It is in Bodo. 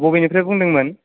बबेनिफ्राइ बुंदोंमोन